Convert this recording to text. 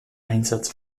einsatz